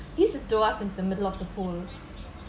he used to throw us in the middle of the pool